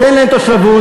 תזרוק אותם?